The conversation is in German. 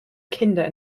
kinder